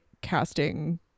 casting